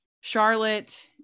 charlotte